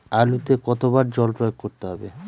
আলুতে কতো বার জল প্রয়োগ করতে হবে?